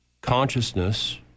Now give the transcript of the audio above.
consciousness